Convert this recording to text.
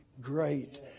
great